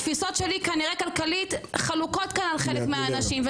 התפיסות שלי כנראה כלכלית חלוקות כאן על חלק מהאנשים,